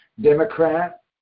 Democrat